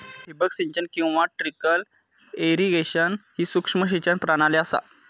ठिबक सिंचन किंवा ट्रिकल इरिगेशन ही सूक्ष्म सिंचन प्रणाली असा